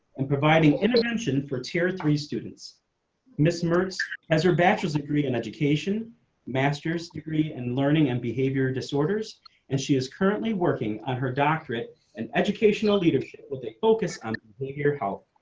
and providing intervention for tier three students miss mertz has her bachelor's degree in education master's degree and learning and behavior disorders and she is currently working on her doctorate in educational leadership, with a focus on your health,